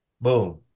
Boom